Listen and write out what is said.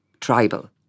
tribal